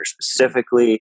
specifically